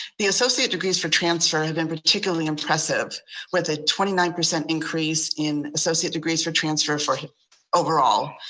the associate degrees for transfer have been particularly impressive with a twenty nine percent increase in associate degrees for transfer for overall.